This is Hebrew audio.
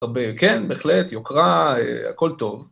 כן, בהחלט, יוקרה, הכל טוב.